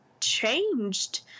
changed